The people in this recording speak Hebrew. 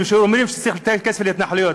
מי שאומרים שצריך לתת כסף להתנחלויות.